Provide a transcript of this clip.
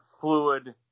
fluid